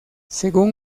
según